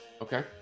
Okay